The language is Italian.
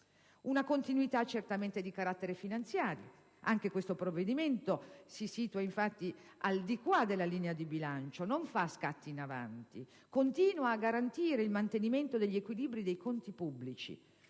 Una continuità certamente di carattere finanziario. Anche questo provvedimento, infatti, si situa «al di qua» della linea di bilancio, non fa scatti in avanti. Continua a garantire il mantenimento degli equilibri dei conti pubblici,